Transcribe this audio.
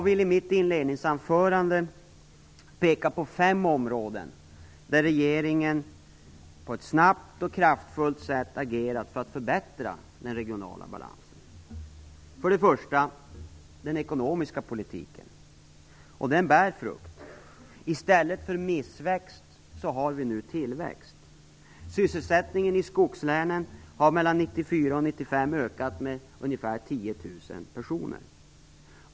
I mitt inledningsanförande vill jag peka på fem områden där regeringen på ett snabbt och kraftfullt sätt agerat för att förbättra den regionala balansen. För det första gäller det den ekonomiska politiken. Den bär frukt. I stället för missväxt har vi nu tillväxt. 1995 ökat med ungefär 10 000 jobb.